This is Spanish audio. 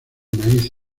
maíz